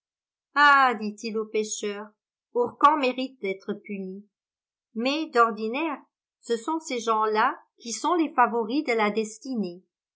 ah dit-il au pêcheur orcan mérite d'être puni mais d'ordinaire ce sont ces gens-là qui sont les favoris de la destinée